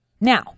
Now